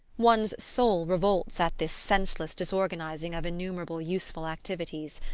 one's soul revolts at this senseless disorganizing of innumerable useful activities.